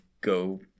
go